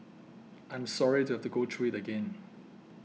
I am sorry to have to go through it again